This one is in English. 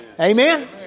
Amen